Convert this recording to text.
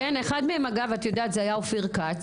כן, אחד מהם היה אופיר כץ.